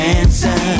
answer